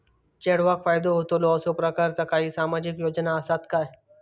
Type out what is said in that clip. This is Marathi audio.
चेडवाक फायदो होतलो असो प्रकारचा काही सामाजिक योजना असात काय?